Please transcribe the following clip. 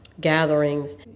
gatherings